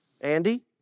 Andy